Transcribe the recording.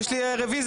מי בעד הרוויזיה?